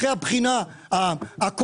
אחרי הבחינה הכוללת,